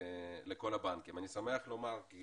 אני שמח לומר כי